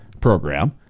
program